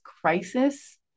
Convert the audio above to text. crisis